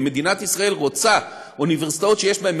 ואם מדינת ישראל רוצה אוניברסיטאות שיש בהן